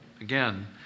Again